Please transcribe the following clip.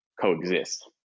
coexist